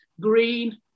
green